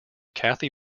cathy